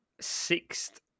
Sixth